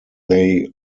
they